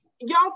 Y'all